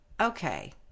okay